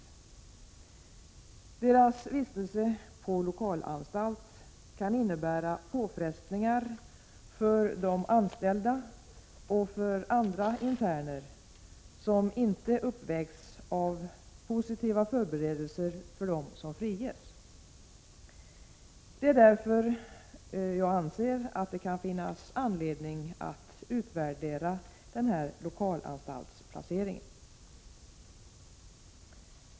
Deras vistelse på lokalanstalt kan innebära påfrestningar för anställda och interner som inte uppvägs av positiva förberedelser för dem som friges. Det är därför jag anser att det kan finnas anledning att utvärdera denna lokalanstaltsplacering.